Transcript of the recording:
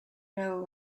know